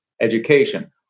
education